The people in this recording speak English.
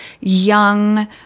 young